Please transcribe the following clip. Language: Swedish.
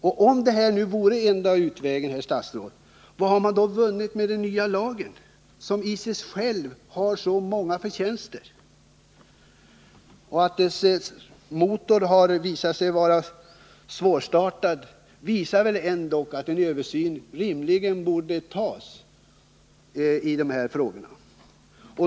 Om nu det här är den enda utvägen, herr statsrådet, vad har man då vunnit med den nya lagen, som i sig själv har så många förtjänster? Att dess motor har visat sig svårstartad, tyder väl ändå på att en översyn bör göras idessa frågor.